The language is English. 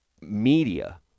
media